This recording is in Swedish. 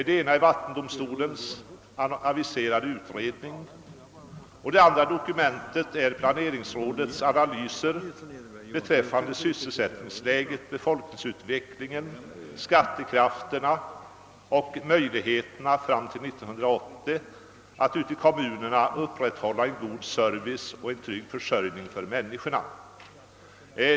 Det ena är vattendomstolens aviserade utredning, och det andra är planeringsrådets analyser beträffande sysselsättningsläget, befolkningsutvecklingen, skattekraften och möjligheterna att fram till 1980 ute i kommunerna upprätthålla en god service och en trygg försörjning för människorna.